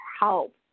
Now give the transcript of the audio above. help